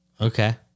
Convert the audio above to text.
Okay